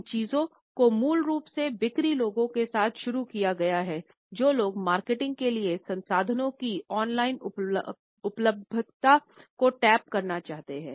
इन चीज़ो को मूल रूप से बिक्री लोगों के साथ शुरू किया गया है जो लोग मार्केटिंग के लिए संसाधनों की ऑनलाइन उपलब्धता को टैप करना चाहते थे